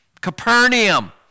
Capernaum